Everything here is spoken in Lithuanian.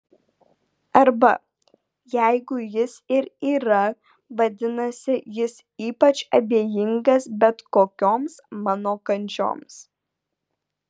arba jeigu jis ir yra vadinasi jis ypač abejingas bet kokioms mano kančioms